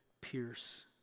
pierce